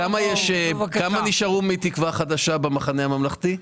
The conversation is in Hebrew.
כמה נשארו מתקווה חדשה במחנה הממלכתי?